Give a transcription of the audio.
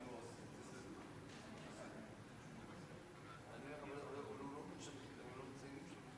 החלטת ועדת הכנסת בדבר מועדי כנסים במושב השלישי של הכנסת השמונה-עשרה,